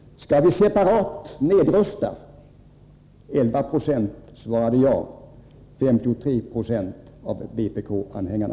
Skall vi separat nedrusta? 11 90 svarade ja — 53 70 av vpk-anhängarna.